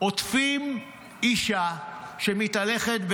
עוטפים אישה שמתהלכת,